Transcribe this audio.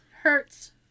Hurts